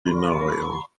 denial